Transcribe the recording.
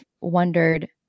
wondered